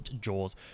Jaws